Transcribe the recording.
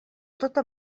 tota